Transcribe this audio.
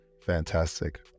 fantastic